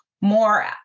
more